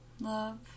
Love